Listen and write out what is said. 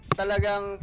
talagang